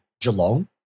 Geelong